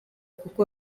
kuko